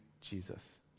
Jesus